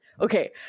okay